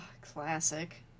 classic